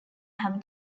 have